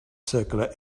circular